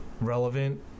relevant